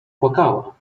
płakała